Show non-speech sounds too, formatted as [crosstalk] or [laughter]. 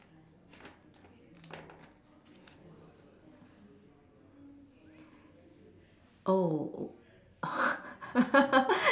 oh [laughs]